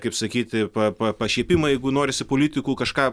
kaip sakyti pa pa pašiepimą jeigu norisi politikų kažką